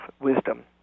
wisdom